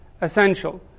essential